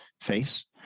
face